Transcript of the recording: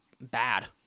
bad